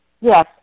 Yes